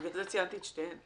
בגלל ציינתי את שתיהן.